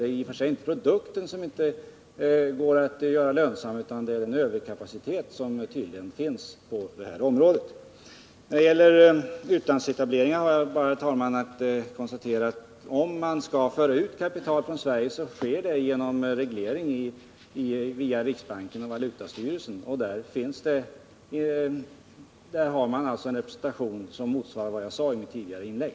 Det är i och för sig inte produkten som är omöjlig att producera med lönsamhet, utan svårigheten gäller den överkapacitet som tydligen finns på det här området. När det gäller utlandsetableringar har jag bara att konstatera att om man skall föra ut kapital från landet så sker det genom reglering via riksbanken och valutastyrelsen, och där finns det en representation som motsvarar vad jag redovisade i mitt tidigare inlägg.